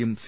യും സി